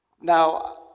Now